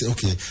Okay